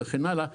וכן הלאה.